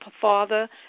father